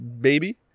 baby